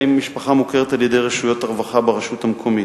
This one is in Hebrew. האם המשפחה מוכרת על-ידי רשויות הרווחה ברשות המקומית.